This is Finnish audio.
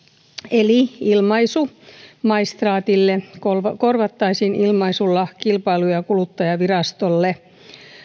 eli ilmaisu maistraatille korvattaisiin ilmaisulla kilpailu ja kuluttajavirastolle